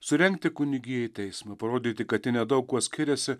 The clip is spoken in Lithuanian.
surengti kunigijai teismą parodyti kad ji nedaug kuo skiriasi